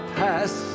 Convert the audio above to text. pass